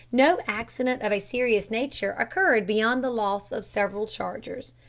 no accident of a serious nature occurred beyond the loss of several chargers.